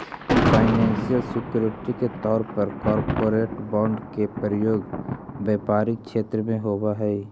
financial security के तौर पर कॉरपोरेट बॉन्ड के प्रयोग व्यापारिक क्षेत्र में होवऽ हई